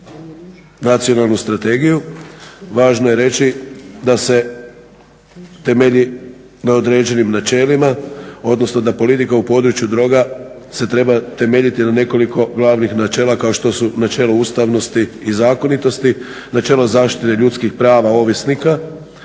nacionalnu strategiju važno je reći da se temelji na određenim načelima, odnosno da politika u području droga se treba temeljiti na nekoliko glavnih načela kao što su: načelo ustavnosti i zakonitosti, načelo zaštite ljudskih prava ovisnika,